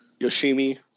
yoshimi